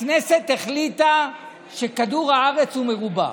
הכנסת החליטה שכדור הארץ הוא מרובע,